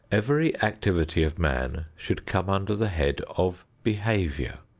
every activity of man should come under the head of behavior.